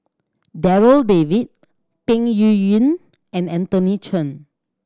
Darryl David Peng Yuyun and Anthony Chen